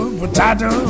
potato